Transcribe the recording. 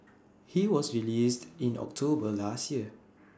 he was released in October last year